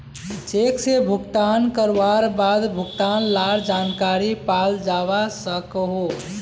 cheque से भुगतान करवार बाद भुगतान लार जानकारी पाल जावा सकोहो